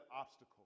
obstacle